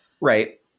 Right